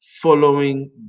following